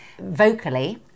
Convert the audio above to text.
vocally